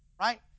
right